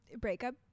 breakup